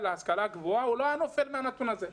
להשכלה גבוהה לא היה נופל מהנתון הזה.